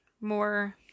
more